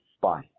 Bye